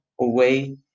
away